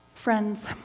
Friends